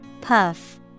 Puff